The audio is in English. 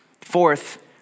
Fourth